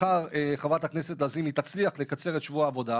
מחר חברת הכנסת לזימי תצליח לקצר את שבוע העבודה,